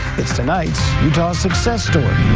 it's tonight's utah success story.